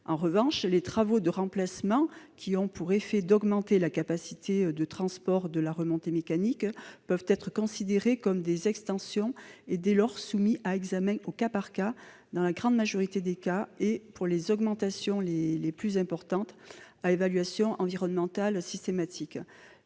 En revanche, les travaux de remplacement qui ont pour effet d'augmenter la capacité de transport de la remontée mécanique peuvent être considérés comme des extensions et, dès lors, soumis à examen au cas par cas dans la grande majorité des cas et, pour les augmentations les plus importantes, à évaluation environnementale systématique.